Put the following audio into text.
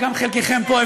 וגם חלקכם פה,